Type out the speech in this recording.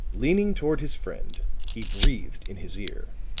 leaning toward his friend, he breathed in his ear.